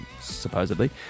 supposedly